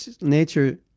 nature